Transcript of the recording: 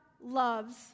loves